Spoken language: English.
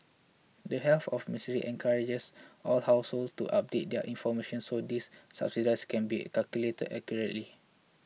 the Health of Ministry encourages all households to update their information so these subsidies can be calculated accurately